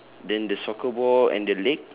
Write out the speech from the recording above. then the soccer ball and the leg